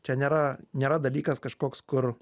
čia nėra nėra dalykas kažkoks kur